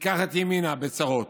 ניקח את ימינה, בצרות,